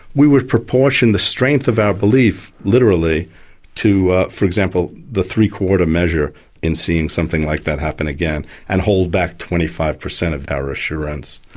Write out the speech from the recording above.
we would proportion the strength of our belief literally to for example, the three-quarter measure in seeing something like that happen again, and hold back twenty five percent of our assurance.